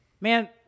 man